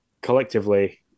collectively